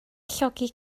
llogi